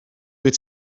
dwyt